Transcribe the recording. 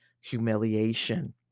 humiliation